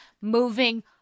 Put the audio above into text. moving